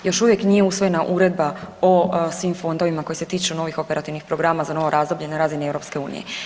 Još uvijek nije usvojena uredba o svim fondovima koji se tiču novih operativnih programa za novo razdoblje na razini EU.